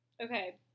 Okay